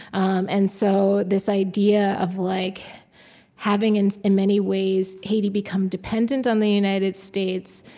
um and so this idea of like having, and in many ways, haiti become dependent on the united states,